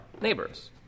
neighbors